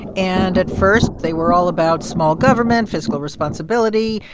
and at first, they were all about small government, fiscal responsibility.